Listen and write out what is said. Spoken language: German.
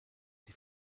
die